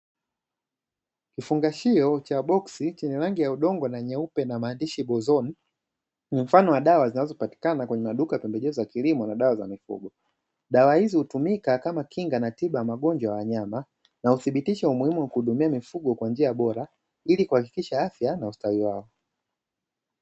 Mfano wa dawa zinazopatikana kwenye maduka ya pembejeo za kilimo na dawa za mifugo, dawa hizi hutumika kama kinga na tiba ya magonjwa ya wanyama na uthibitisha umuhimu wa kutunza mifugo kwa njia bora ili kuhakikisha afya na ustawi wao.